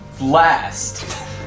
Last